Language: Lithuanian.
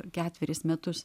ketverius metus